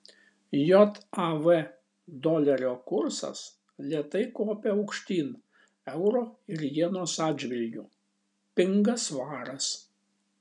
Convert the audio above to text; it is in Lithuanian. jav dolerio kursas lėtai kopia aukštyn euro ir jenos atžvilgiu pinga svaras